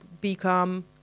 become